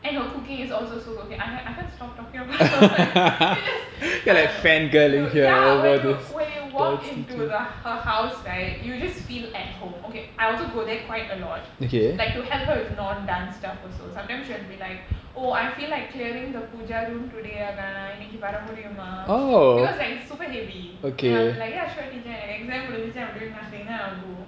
and her cooking is also so good okay I c~ I can't stop talking about her it's just dude ya when you when you walk into the her house right you just feel at home okay I also go there quite a lot like to help her with non dance stuff also sometimes she'll be like oh I feel like clearing the pooja room today நான்இன்னைக்குவரமுடியுமா:naan inaiku vara mudiyuma because like it's super heavy then I'll be like ya sure teacher and like exam முடிஞ்சிச்சு:mudinchichu I'm doing nothing then I'll go